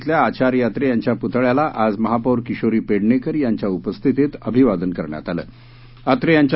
श्वेल्या आचार्य अत्रे यांच्या पुतळ्याला आज महापौर किशोरी पेडणेकर यांच्या उपस्थितीत अभिवादन करण्यात आलंअत्रे यांच्या